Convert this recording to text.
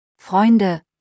Freunde